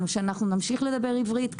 שאנחנו נמשיך לדבר עברית,